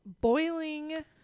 boiling